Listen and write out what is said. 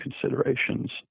considerations